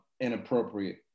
inappropriate